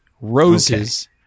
roses